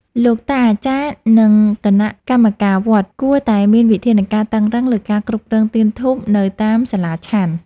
លោកតាអាចារ្យ និងគណៈកម្មការវត្តគួរតែមានវិធានការតឹងរ៉ឹងលើការគ្រប់គ្រងទៀនធូបនៅតាមសាលាឆាន់។